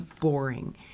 boring